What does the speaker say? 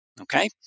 Okay